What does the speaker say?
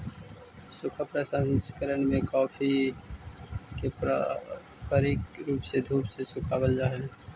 सूखा प्रसंकरण में कॉफी को पारंपरिक रूप से धूप में सुखावाल जा हई